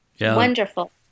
wonderful